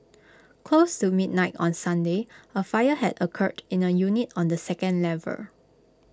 close to midnight on Sunday A fire had occurred in A unit on the second level